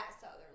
southern